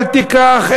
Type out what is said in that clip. אל תיקח,